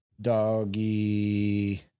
Doggy